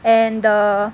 and the